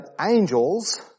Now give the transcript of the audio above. angels